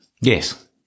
yes